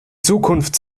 zukunft